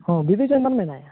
ᱦᱚᱸ ᱵᱤᱫᱩ ᱫᱟᱸᱫᱟᱱ ᱢᱮᱱᱟᱭᱟ